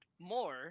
more